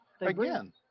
Again